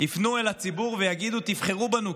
יפנו אל הציבור ויגידו: תבחרו בנו,